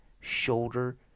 shoulder